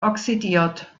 oxidiert